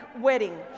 wedding